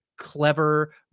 Clever